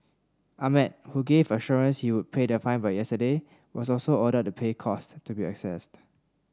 ahmed who gave assurance he would pay the fine by yesterday was also ordered to pay cost to be assessed